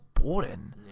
boring